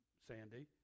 Sandy